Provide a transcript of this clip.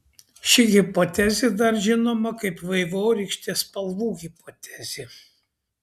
ši hipotezė dar žinoma kaip vaivorykštės spalvų hipotezė